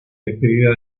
despedida